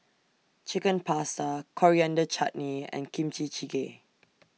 Chicken Pasta Coriander Chutney and Kimchi Jjigae